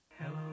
hello